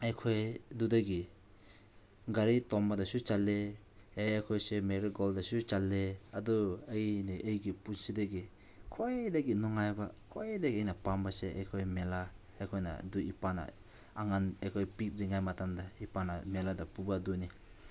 ꯑꯩꯈꯣꯏ ꯑꯗꯨꯗꯒꯤ ꯒꯥꯔꯤ ꯇꯣꯡꯕꯗꯁꯨ ꯆꯠꯂꯦ ꯑꯦ ꯑꯩꯈꯣꯏꯁꯦ ꯃꯦꯔꯤꯒꯣꯜꯗꯁꯨ ꯆꯠꯂꯦ ꯑꯗꯣ ꯑꯩꯅ ꯑꯩꯒꯤ ꯄꯨꯟꯁꯤꯗꯒꯤ ꯈ꯭ꯋꯥꯏꯗꯒꯤ ꯅꯨꯡꯉꯥꯏꯕ ꯈ꯭ꯋꯥꯏꯗꯒꯤ ꯑꯩꯅ ꯄꯥꯝꯕꯁꯦ ꯑꯩꯈꯣꯏ ꯃꯦꯂꯥ ꯑꯩꯈꯣꯏꯅ ꯑꯗꯨ ꯏꯄꯥꯅ ꯑꯉꯥꯡ ꯑꯩꯈꯣꯏ ꯄꯤꯛꯂꯤꯉꯩ ꯃꯇꯝꯗ ꯏꯄꯥꯅ ꯃꯦꯂꯥꯗ ꯄꯨꯕ ꯑꯗꯨꯅꯤ